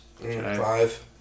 Five